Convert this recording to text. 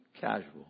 casual